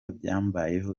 byambayeho